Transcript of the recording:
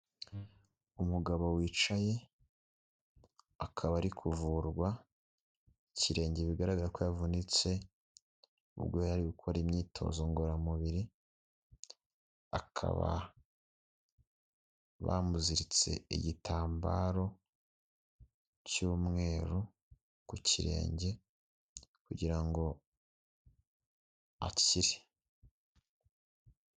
Umugabo wicaye akaba ari kuvurwa ikirenge bigaragara ko yavunitse ubwo yari gukora imyitozo ngororamubiri, akaba bamuziritse igitambaro cy'umweru ku kirenge kugira ngo akire.